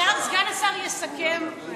סגן השר יסכם.